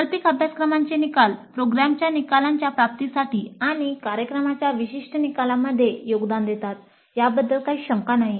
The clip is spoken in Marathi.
वैकल्पिक अभ्यासक्रमांचे निकाल प्रोग्रामच्या निकालांच्या प्राप्तीसाठी आणि कार्यक्रमाच्या विशिष्ट निकालांमध्ये योगदान देतात याबद्दल काही शंका नाही